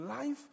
life